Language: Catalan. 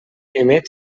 emet